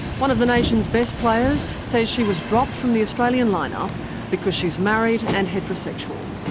one of the nation's best players says she was dropped from the australian line-up because she's married and heterosexual.